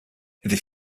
they